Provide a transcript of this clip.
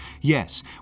Yes